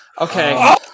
Okay